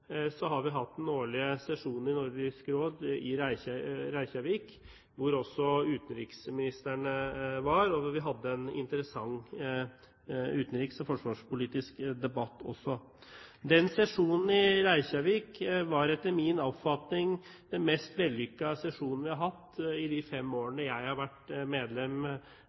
har vi hatt den årlige sesjonen i Nordisk Råd, i Reykjavik, hvor også utenriksministrene var. Vi hadde en interessant utenriks- og forsvarspolitisk debatt. Sesjonen i Reykjavik var etter min oppfatning den mest vellykkede sesjonen vi har hatt i de fem årene jeg har vært medlem